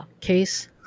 case